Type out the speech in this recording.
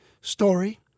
Story